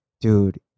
dude